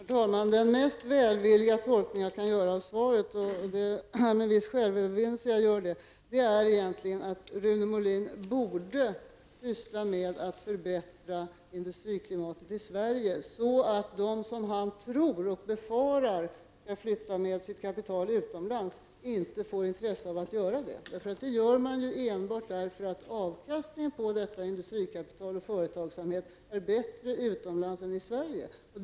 Herr talman! Den mest välvilliga tolkning jag kan göra av svaret -- jag gör det med viss självövervinnelse -- är att Rune Molin egentligen borde syssla med att förbättra industriklimatet i Sverige, så att de som han tror och befarar skall flytta med sitt kapital utomlands inte får intresse av att göra det. Det gör man nämligen enbart därför att avkastningen på industrikapitalet och företagsamheten är bättre utomlands än i Sverige.